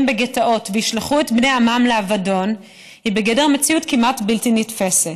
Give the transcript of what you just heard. בגטאות וישלחו את בני עמם לאבדון היא בגדר מציאות כמעט בלתי נתפסת.